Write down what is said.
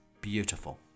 Beautiful